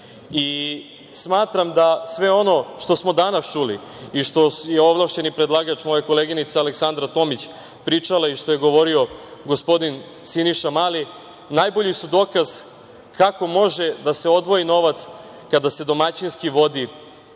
najteže. Smatram da sve ono što smo danas čuli i što je ovlašćeni predlagač, moja koleginica Aleksandra Tomić pričala i što je govorio gospodin Siniša Mali najbolji su dokaz kako može da se odvoji novac kada se domaćinski vodi